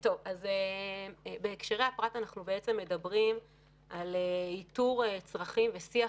בהקשרי הפקט אנחנו מדברים על איתור צרכים ושיח